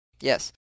Yes